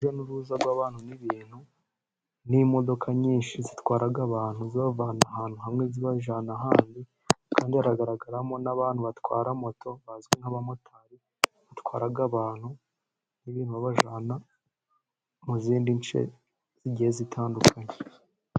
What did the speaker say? Urujya n'uruza rw'abantu n'ibintu n'imodoka nyinshi zitwara abantu zavanwe ahantu hamwe zibajyana ahandi, kandi hagaragaramo n'abantu batwara moto bazwi nk'abamotari, batwara abantu n'ibintu bajyana mu zindi nce zigiyehe zitandukanye.